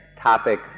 topic